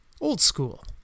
old-school